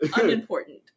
Unimportant